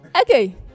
okay